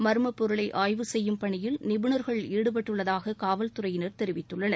மர்மபொருளை செய்யும் பணியில் நிபுணா்கள் ஈடுபட்டுள்ளதாக காவல்துறையினா் தெரிவித்துள்ளனர்